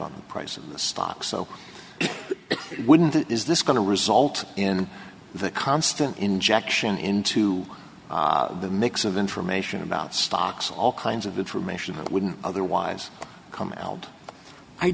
on the price of the stock so it wouldn't is this going to result in the constant injection into the mix of information about stocks all kinds of information that wouldn't otherwise come out i